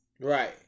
Right